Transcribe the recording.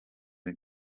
and